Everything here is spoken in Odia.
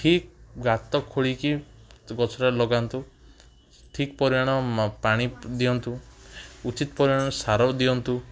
ଠିକ୍ ଗାତ ଖୋଳିକି ଗଛଟା ଲଗାନ୍ତୁ ଠିକ୍ ପରିମାଣ ପାଣି ଦିଅନ୍ତୁ ଉଚିତ୍ ପରିମାଣ ସାର ଦିଅନ୍ତୁ